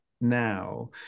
now